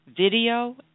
video